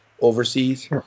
overseas